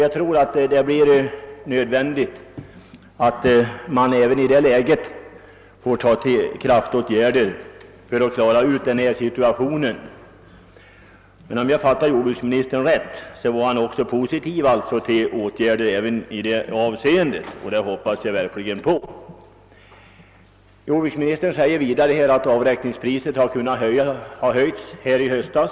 Jag tror att det även för att klara denna situation kommer att bli nödvändigt att tillgripa kraftåtgärder. Om jag fattade jordbruksministern rätt var han emellertid positiv till åtgärder i detta avseende. Jag hoppas verkligen att så är fallet. Jordbruksministern säger vidare att avräkningspriset för mjölk höjts under hösten.